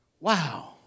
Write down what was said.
Wow